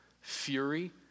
fury